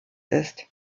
ist